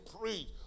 preach